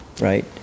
Right